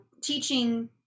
teaching